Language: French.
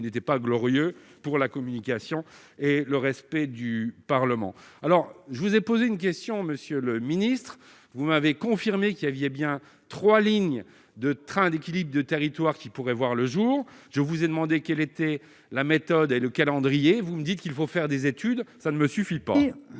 n'était pas glorieux pour la communication et le respect du Parlement, alors je vous ai posé une question Monsieur le Ministre, vous m'avez confirmé qu'il avait bien 3 lignes de trains d'équilibre du territoire qui pourrait voir le jour, je vous ai demandé quelle était la méthode et le calendrier, vous me dites qu'il faut faire des études, ça ne me suffit pas.